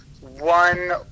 one